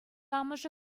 амӑшӗ